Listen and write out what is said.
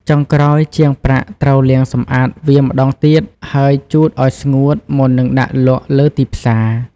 ចុងក្រោយ ជាងប្រាក់ត្រូវ លាងសម្អាត វាម្ដងទៀត ហើយជូតឱ្យស្ងួតមុននឹងដាក់លក់លើទីផ្សារ។